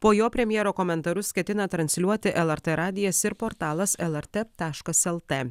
po jo premjero komentarus ketina transliuoti lrt radijas ir portalas lrt taškas lt